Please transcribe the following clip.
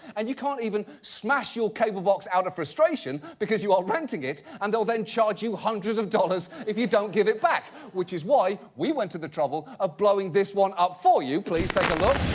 and you can't even smash your cable box out of frustration, because you're ah renting it and they'll then charge you hundreds of dollars if you don't give it back. which is why we went through the trouble of blowing this one up for you. please take a look.